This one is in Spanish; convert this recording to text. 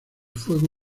fuego